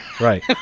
right